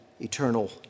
eternal